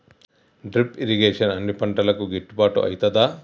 Drip irrigation అన్ని పంటలకు గిట్టుబాటు ఐతదా?